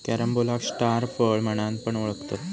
कॅरम्बोलाक स्टार फळ म्हणान पण ओळखतत